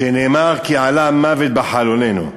שנאמר: כי עלה המוות בחלוננו,